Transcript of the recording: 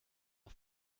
auf